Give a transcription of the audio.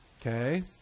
Okay